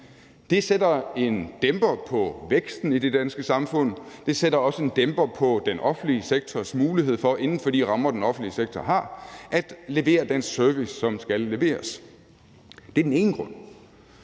Det sætter en dæmper på væksten i det danske samfund. Det sætter også en dæmper på den offentlige sektors mulighed for inden for de rammer, den offentlige sektor har, at levere den service, som skal leveres. Det er den ene grund.